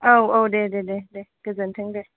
औ औ दे दे दे दे गोजोनथों दे